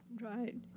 Right